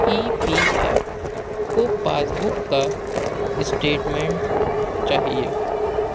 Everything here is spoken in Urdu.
ای پی ایف کو پاس بک کا اسٹیٹمینٹ چاہیے